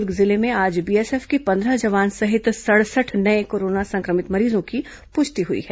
दुर्ग जिले में आज बीएसएफ के पद्रंह जवान सहित सड़सठ नये कोरोना संक्रमित मरीजों की पुष्टि हुई है